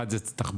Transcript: אחד זה תחבורה,